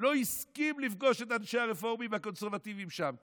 הוא לא הסכים לפגוש את אנשי הרפורמים והקונסרבטיבים שם,